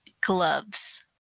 gloves